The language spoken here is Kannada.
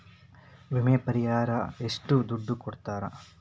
ವಿಮೆ ಪರಿಹಾರ ಎಷ್ಟ ದುಡ್ಡ ಕೊಡ್ತಾರ?